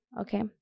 okay